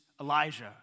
Elijah